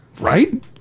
right